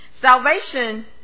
Salvation